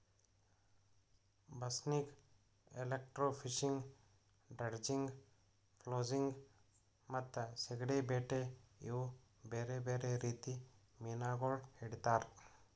ಬಸ್ನಿಗ್, electrofishing, dredging, flossing ಮತ್ತ ಸೀಗಡಿ ಬೇಟೆ ಇವು ಬೇರೆ ಬೇರೆ ರೀತಿ ಮೀನಾಗೊಳ್ ಹಿಡಿತಾರ್